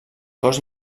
cos